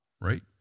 right